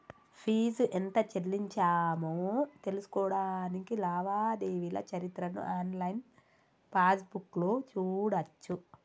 fee ఎంత చెల్లించామో తెలుసుకోడానికి లావాదేవీల చరిత్రను ఆన్లైన్ పాస్బుక్లో చూడచ్చు